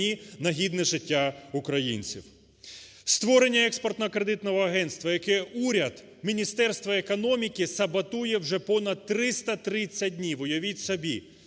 на гідне життя українців. Створення Експортно-кредитного агентства, яке уряд, Міністерство економіки саботує вже понад 330 днів, уявіть собі.